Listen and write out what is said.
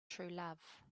truelove